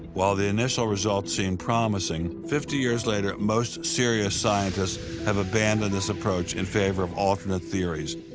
while the initial results seemed promising, fifty years later most serious scientists have abandoned this approach in favor of alternate theories.